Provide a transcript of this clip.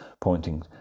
pointing